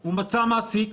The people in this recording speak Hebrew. הוא מצא מעסיק,